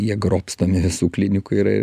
jie grobstomi visų klinikų yra